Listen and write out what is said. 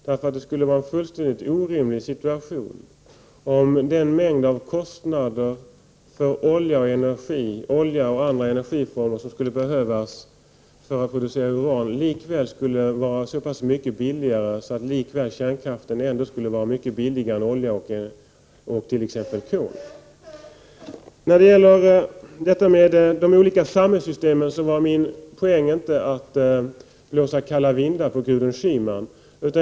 Det skulle vara en fullständigt orimlig situation om de kostnader för olja och annan energi som skulle behövas för att producera uran skulle vara så pass mycket lägre att kärnkraften ändå skulle vara mycket billigare än olja och t.ex. kol. Beträffande de olika samhällssystemen vill jag säga att min poäng inte var att jag ville blåsa kalla vindar på Gudrun Schyman.